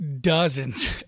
dozens